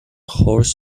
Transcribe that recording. horse